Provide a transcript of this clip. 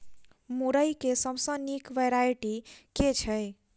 मुरई केँ सबसँ निक वैरायटी केँ छै?